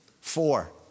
four